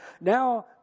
now